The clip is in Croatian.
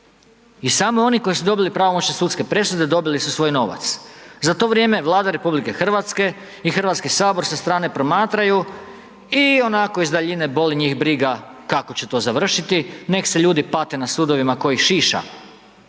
i samo oni koji su dobili pravomoćne sudske presude, dobili su svoj novac, za to vrijeme Vlada Republike Hrvatske i Hrvatski sabor sa strane promatraju i onako iz daljine boli njih briga kako će to završiti, nek' se ljudi pate na sudovima, tko ih šiša.